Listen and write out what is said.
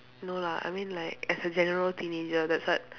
no lah I mean like as a general teenager that's what